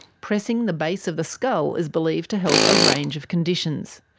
pressing the base of the skull is believed to help a range of conditions.